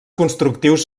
constructius